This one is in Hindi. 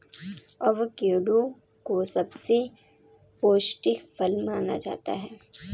अवोकेडो को सबसे पौष्टिक फल माना जाता है